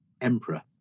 emperor